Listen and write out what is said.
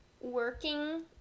working